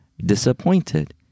disappointed